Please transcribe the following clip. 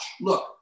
look